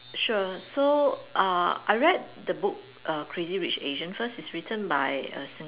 sure so uh I read the book err Crazy-Rich-Asians first it's written by a